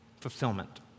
Fulfillment